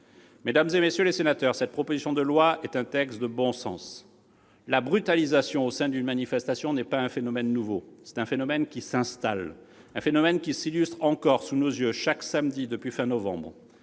Mesdames, messieurs les sénateurs, cette proposition de loi est un texte de bon sens. La brutalisation au sein des manifestations n'est pas un phénomène nouveau, mais c'est un phénomène qui s'installe ; un phénomène qui, chaque samedi, depuis fin novembre,